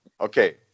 okay